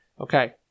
Okay